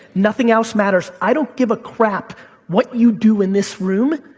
nothing else matters. i don't give a crap what you do in this room,